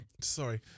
sorry